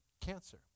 cancer